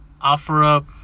OfferUp